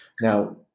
Now